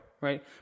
right